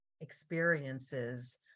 experiences